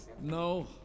No